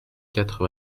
quatre